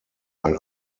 ein